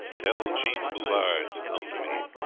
tell jean bouvard to come to me.